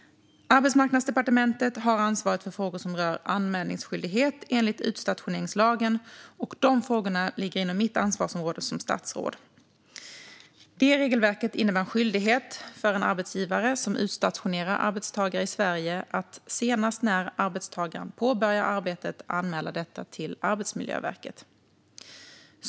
Arbetsmarknadsdepartementet har ansvaret för frågor som rör anmälningsskyldighet enligt utstationeringslagen, och dessa frågor ligger inom mitt ansvarsområde som statsråd. Det regelverket innebär en skyldighet för en arbetsgivare som utstationerar arbetstagare i Sverige att senast när arbetstagaren påbörjar arbetet anmäla detta till Arbetsmiljöverket.